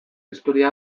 historia